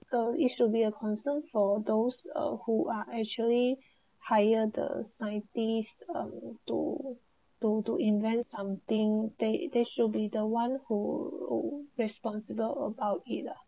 tho it should be a concern for those who are actually hire the scientist um to to to invent something they they should be the one who who responsible about either